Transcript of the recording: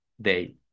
day